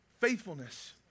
Faithfulness